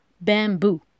bamboo